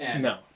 No